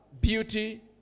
beauty